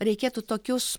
reikėtų tokius